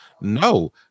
no